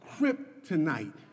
kryptonite